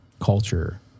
culture